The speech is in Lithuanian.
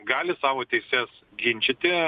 gali savo teises ginčyti